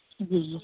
جی جی